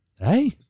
Hey